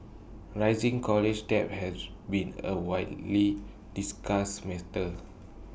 rising college debt has been A widely discussed matter